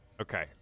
Okay